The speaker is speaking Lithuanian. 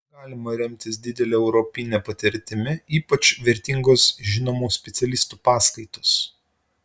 galima remtis didele europine patirtimi ypač vertingos žinomų specialistų paskaitos